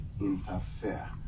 interfere